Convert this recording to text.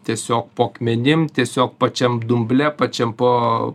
tiesiog po akmenim tiesiog pačiam dumble pačiam po